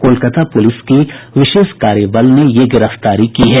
Kolkata police की विशेष कार्यबल ने ये गिरफ्तारी की है